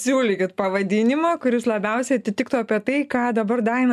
siūlykit pavadinimą kuris labiausiai atitiktų apie tai ką dabar daina